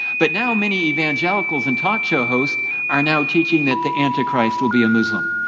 but now, many evangelicals and talk show hosts are now teaching that the antichrist will be a muslim.